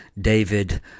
David